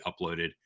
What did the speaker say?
uploaded